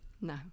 No